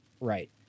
Right